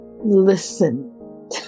listen